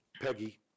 peggy